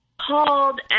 called